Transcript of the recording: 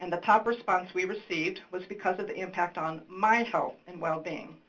and the top response we received was because of the impact on my health and well-being.